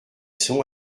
sont